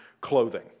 clothing